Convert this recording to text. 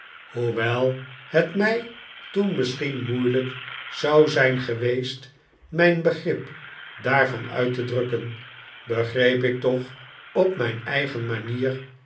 hoewel het mij toen misschien moeilijk zou zijn geweest mijn begrip daarvan uit te drukken beg reep ik toch op mijn eigen manier